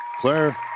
Claire